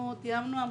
אנחנו תיאמנו עמדות.